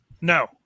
No